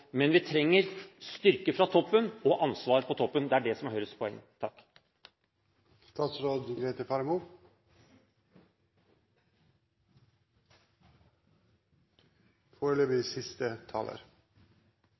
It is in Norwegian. Men vi trenger styrke fra toppen og ansvar på toppen. Det er det som er Høyres poeng.